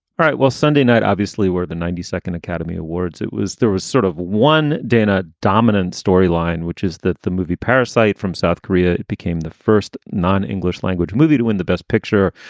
right. well, sunday night, obviously, where the ninety second academy awards, it was there was sort of one dana dominant storyline, which is that the movie parasyte from south korea became the first non-english language movie to win the best picture.